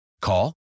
Call